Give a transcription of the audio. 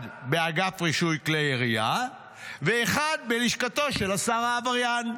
אחד באגף רישוי כלי ירייה ואחד בלשכתו של השר העבריין.